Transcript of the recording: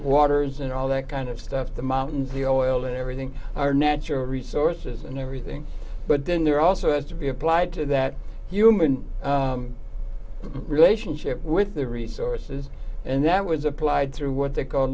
waters and all that kind of stuff the mountains the o l and everything are natural resources and everything but then there also has to be applied to that human relationship with the resources and that was applied through what they called